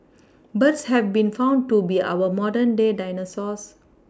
birds have been found to be our modern day dinosaurs